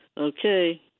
Okay